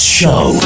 show